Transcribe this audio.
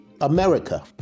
America